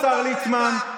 השר ליצמן,